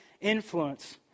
influence